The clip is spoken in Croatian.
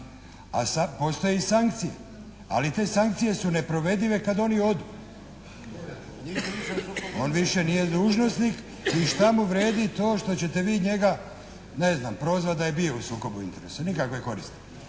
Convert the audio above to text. Postoje i sankcije. Ali te sankcije su neprovedive kad oni odu. On više nije dužnosnik i što mu vrijedi to što ćete vi njega ne znam prozvati da je bio u sukobu interesa. Nikakve koristi.